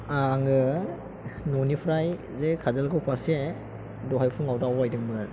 आङो न'निफ्राय जे काजलगाव फारसे दहाय फुङाव दावबायदोंमोन